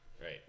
Right